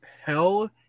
hell